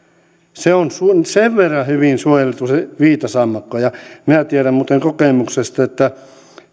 se on sen verran hyvin suojeltu se viitasammakko ja minä tiedän muuten kokemuksesta että